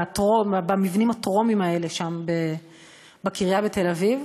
למבנים הטרומיים האלה שם בקריה בתל-אביב,